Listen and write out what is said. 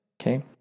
okay